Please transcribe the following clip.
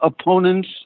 opponents